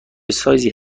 سایزی